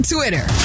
Twitter